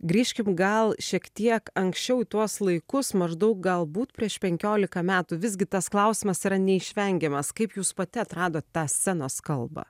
grįžkim gal šiek tiek anksčiau į tuos laikus maždaug galbūt prieš penkiolika metų visgi tas klausimas yra neišvengiamas kaip jūs pati atradot tą scenos kalbą